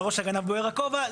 על ראש הגנב בוער הכובע.